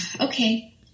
okay